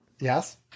Yes